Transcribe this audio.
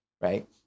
Right